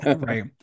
Right